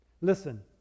Listen